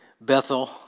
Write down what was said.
Bethel